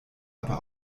aber